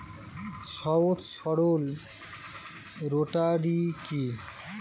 সহজ সরল রোটারি কি?